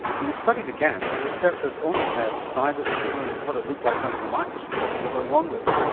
when the study began the researchers only had size of tumour and what it looked like under the microscope to be going on with.